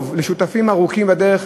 ואפילו לא הכרת הטוב לשותפים בדרך ארוכה,